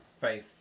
Faith